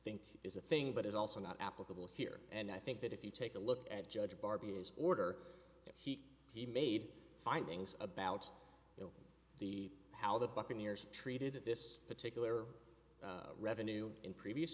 think is a thing but it's also not applicable here and i think that if you take a look at judge barbie is order he he made findings about the how the buccaneers treated at this particular revenue in previous